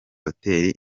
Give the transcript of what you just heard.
hotel